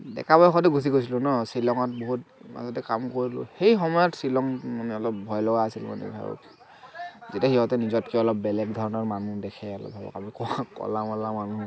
ডেকা বয়সতে গুছি গৈছিলোঁ ন শ্বিলঙত বহুত মাজতে কাম কৰিলোঁ সেইসময়ত শ্বিলং মানে অলপ ভয় লগা আছিলে যেতিয়া সিহঁতে নিজতকৈ অলপ বেলেগ ধৰণৰ মানুহ দেখে অলপ ক'লা মলা মানুহ